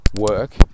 work